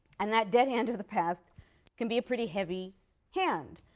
and that dead hand of the past can be a pretty heavy hand.